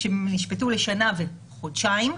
שנשפטו לשנה וחודשיים,